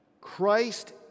Christ